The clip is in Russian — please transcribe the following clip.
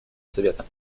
совета